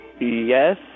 Yes